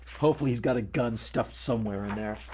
hopefully he's got a gun stuffed somewhere in there.